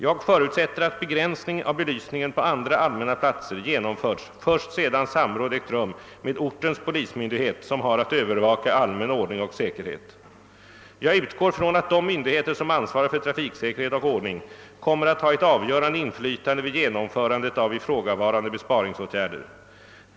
Jag förutsätter att begränsning av belysningen på andra allmänna platser genomförs först sedan samråd ägt rum med ortens polismyndighet som har att övervaka allmän ordning och säkerhet. Jag utgår från att de myndigheter som ansvarar för trafiksäkerhet och ordning kommer att ha ett avgörande inflytande vid genomförandet av ifrågavarande besparingsåtgärder.